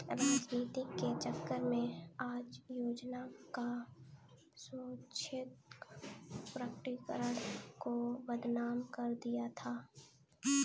राजनीति के चक्कर में आय योजना का स्वैच्छिक प्रकटीकरण को बदनाम कर दिया गया था